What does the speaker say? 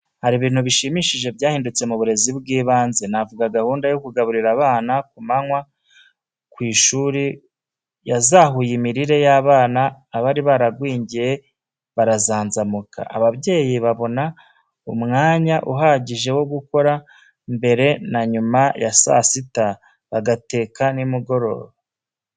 Hari ibintu bishimishije byahindutse mu burezi bw'ibanze, navuga gahunda yo kugaburira abana ku manywa ku ishuri, yazahuye imirire y'abana, abari baragwingiye barazanzamuka, ababyeyi babona umwanya uhagije wo gukora, mbere na nyuma ya saa sita, bagateka nimugoroba.